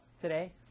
today